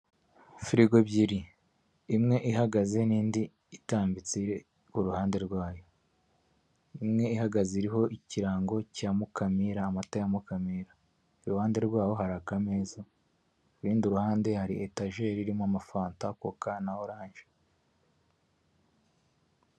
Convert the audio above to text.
Firigo ebyiri imwe ihagaze n'indi itambitse ku ruhande rwayo, imwe ihagaze iriho ikirango cya Mukamira amata ya mukamira, iruhande rwayo hararaga ameza ku rundi ruhande, hari etaje irimo amafanta koka na oranje.